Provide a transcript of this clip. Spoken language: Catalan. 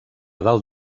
dalt